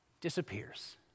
disappears